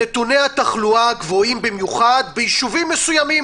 שנתוני התחלואה גבוהים במיוחד ביישובים מסוימים.